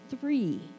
three